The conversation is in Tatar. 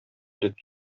элек